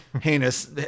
heinous